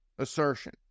Assertion